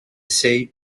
sei